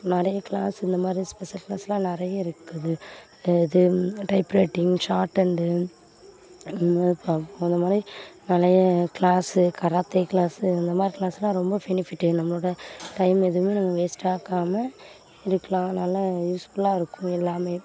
நிறைய கிளாஸ் இந்தமாதிரி ஸ்பெஷல் கிளாஸெலாம் நிறைய இருக்குது இது டைப்ரைட்டிங் ஷார்ட்ஹேண்டு அந்தமாதிரி நிறைய கிளாஸு கராத்தே கிளாஸு அந்தமாதிரி கிளாஸ்லாம் ரொம்ப ஃபெனிஃபிட்டு நம்மளோடய டைம் எதுவுமே நம்ம வேஸ்ட் ஆக்காமல் இருக்கலாம் நல்ல யூஸ்ஃபுல்லாக இருக்கும் எல்லாமே